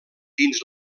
dins